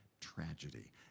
tragedy